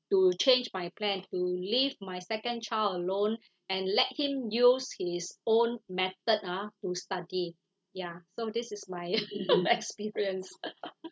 to change my plan to leave my second child alone and let him use his own method ah to study ya so this is my experience